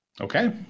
Okay